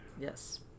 Yes